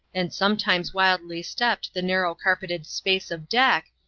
and sometimes wildly stepped the narrow-carpeted space of deck,